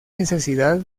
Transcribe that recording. necesidad